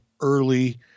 early